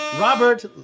Robert